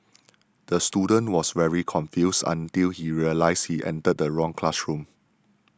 the student was very confused until he realised he entered the wrong classroom